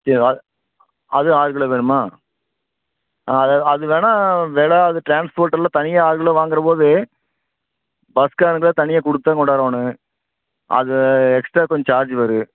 ஆறு அது ஆறு கிலோ வேணுமா அது வேணால் விலை அது டிரான்ஸ்போர்ட்டில் தனியாக ஆறு கிலோ வாங்கிறபோது பஸ்காரங்களுக்கு தனியாக கொடுத்துதான் கொண்டாரோணும் அது எக்ஸ்ட்ரா கொஞ்சம் சார்ஜ் வரும்